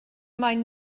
moyn